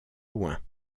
loin